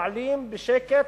נעלים עין בשקט,